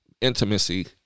Intimacy